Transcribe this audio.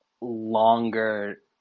longer